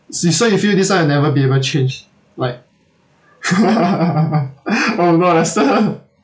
s~ so you feel this one will never be able to change like oh no lester